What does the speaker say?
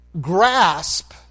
grasp